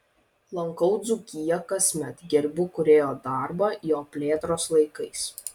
lankau dzūkiją kasmet gerbiu kūrėjo darbą jo plėtros laikais